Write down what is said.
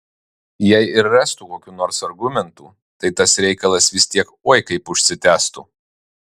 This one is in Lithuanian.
jei ir rastų kokių nors argumentų tai tas reikalas vis tiek oi kaip užsitęstų